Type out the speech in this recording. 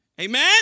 Amen